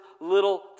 little